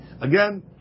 again